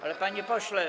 Ale, panie pośle.